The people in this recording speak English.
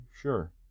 sure